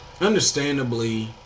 Understandably